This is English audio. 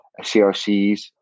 CRCs